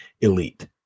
elite